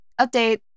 update